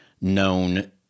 known